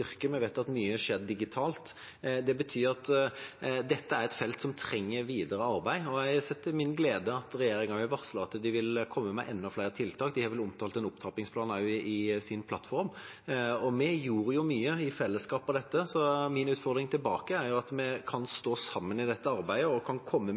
Vi vet at mye har skjedd digitalt. Det betyr at dette er et felt som trenger videre arbeid, og jeg ser til min glede at regjeringa har varslet at de vil komme med enda flere tiltak. De har vel omtalt en opptrappingsplan også i sin plattform, og vi gjorde mye i fellesskap på dette området. Så min utfordring tilbake er at vi kan stå sammen i dette arbeidet og komme